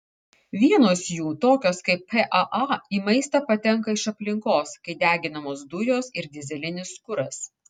vienos jų tokios kaip paa į maistą patenka iš aplinkos kai deginamos dujos ir dyzelinis kuras